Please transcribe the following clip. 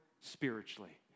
spiritually